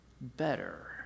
better